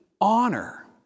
honor